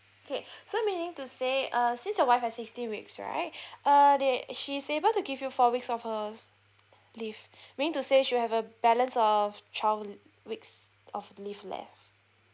okay so meaning to say uh since your wife has sixteen weeks right err they actually she's able to give you four weeks of her leave meaning to say she will have a balance of twelve weeks of leave left